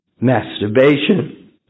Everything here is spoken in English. masturbation